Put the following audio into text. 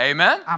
Amen